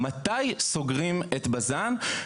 מתי סוגרים את בז"ן?